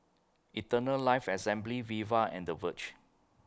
Eternal Life Assembly Viva and The Verge